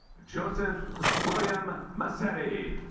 joseph william machete